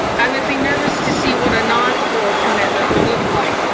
i would be nervous to see what a non-full commitment would look like.